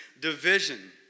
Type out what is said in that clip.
division